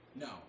No